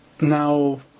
now